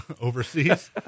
overseas